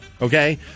okay